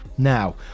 Now